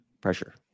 pressure